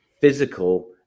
physical